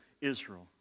Israel